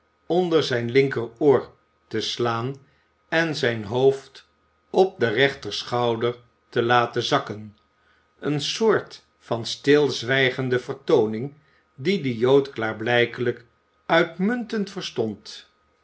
onder zijn linkeroor te slaan en zijn hoofd op den rechterschouder te laten zakken een soort van stilzwijgende vertooning die de jood klaarblijkelijk uitmuntend verstond